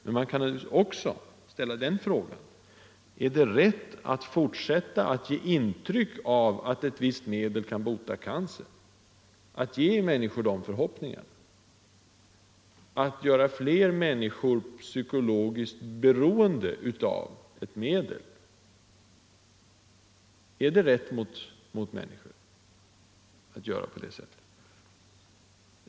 Men man kan också ställa frågan om det är rätt att fortsätta att skapa föreställningen att ett visst medel kan bota cancer, alltså att inge människor sådana förhoppningar, som gör dem psykologiskt beroende av ett medel. Är det rätt handlat mot människorna att göra på det sättet?